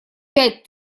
пять